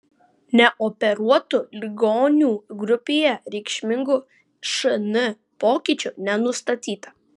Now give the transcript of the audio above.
neoperuotų ligonių grupėje reikšmingų šn pokyčių nenustatyta